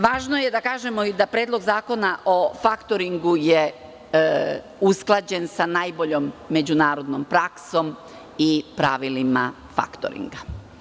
Važno je da kažemo da Predlog zakona o faktoringu je usklađen sa najboljom međunarodnom praksom i pravilima faktoringa.